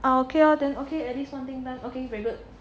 ah okay lor at least something done very good